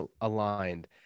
aligned